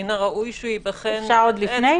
מן הראוי שייבחן --- אפשר עוד לפני?